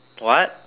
what